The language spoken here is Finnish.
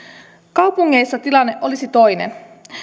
kaupungeissa tilanne olisi toinen